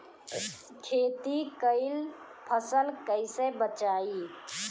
खेती कईल फसल कैसे बचाई?